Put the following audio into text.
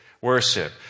worship